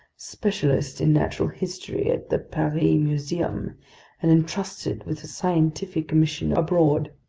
specialist in natural history at the paris museum and entrusted with a scientific mission abroad,